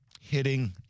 hitting